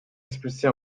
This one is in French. expulsé